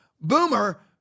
boomer